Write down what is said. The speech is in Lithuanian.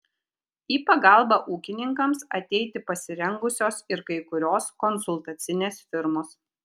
į pagalbą ūkininkams ateiti pasirengusios ir kai kurios konsultacinės firmos